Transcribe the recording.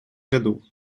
году